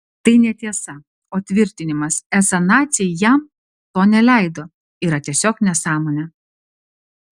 tai netiesa o tvirtinimas esą naciai jam to neleido yra tiesiog nesąmonė